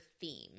theme